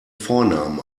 vornamen